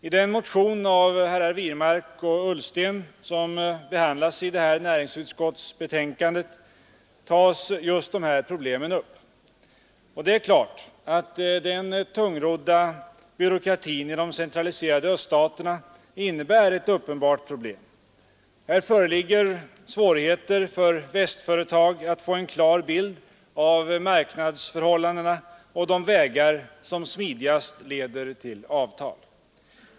I den motion av herrar Wirmark och Ullsten som behandlas i näringsutskottets betänkande nr 12 tas just de här problemen upp. Och det är uppenbart att den tungrodda byråkratin i de centraliserade öststaterna innebär ett problem. Här föreligger svårigheter för västföretag att få en klar bild av marknadsförhållandena och de vägar som smidigast leder till avtal.